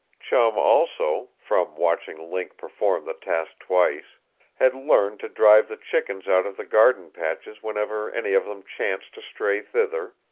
chum also from watching link perform the task twice had learned to drive the chickens out of the garden patches whenever any of them chanced to stray thither,